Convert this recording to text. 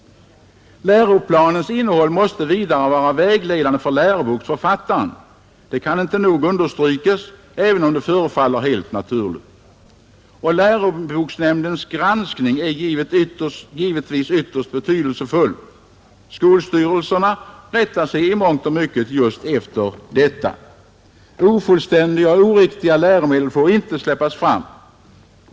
Läroplanens innehåll måste vidare vara vägledande för läroboksförfattaren. Detta kan inte nog understrykas, även om det förefaller helt självklart. Läroboksnämndens granskning är givetvis ytterst betydelsefull. Skolstyrelserna rättar sig i mångt och mycket just efter denna, Ofullständiga och oriktiga läromedel får inte släppas fram.